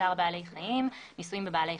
צער בעלי חיים (ניסויים בבעלי חיים),